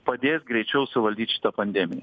padės greičiau suvaldyt šitą pandemiją